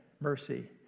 mercy